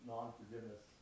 non-forgiveness